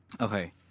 Okay